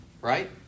right